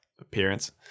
appearance